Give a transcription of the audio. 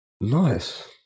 Nice